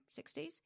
60s